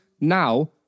now